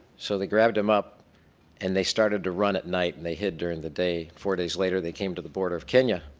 so they grabbed him up and they started to run at night and they hid during the day, four days later came to the border of kenya.